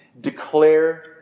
declare